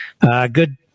Good